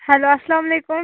hello اسلامُ علیکم